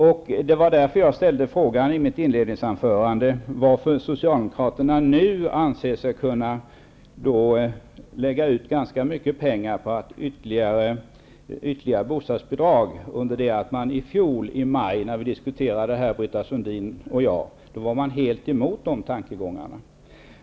I mitt inledningsanförande ställde jag därför frågan varför Socialdemokraterna nu anser sig kunna lägga ut pengar på ytterligare bostadsbidrag, eftersom man i fjol, i maj, när detta diskuterades av bl.a. Britta Sundin och mig, var helt emot den typen av tankegångar.